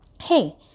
Hey